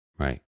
Right